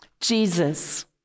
Jesus